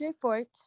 Fort